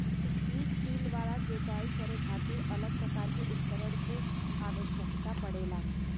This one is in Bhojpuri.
स्ट्रिप टिल वाला जोताई करे खातिर अलग प्रकार के उपकरण के आवस्यकता पड़ेला